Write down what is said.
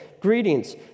greetings